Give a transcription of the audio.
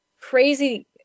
crazy